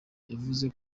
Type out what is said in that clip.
yavuze